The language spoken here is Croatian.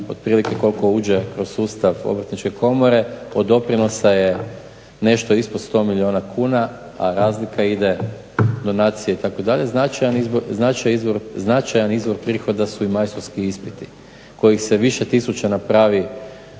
otprilike koliko uđe kroz sustav Obrtničke komore od doprinosa je nešto ispod 100 milijuna kuna, a razlika ide donacije itd., značajan izvor prihoda su i majstorski ispiti kojih se više tisuća napravi